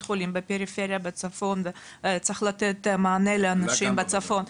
חולים בפריפריה בצפון שצריך לתת מענה לאנשים בצפון,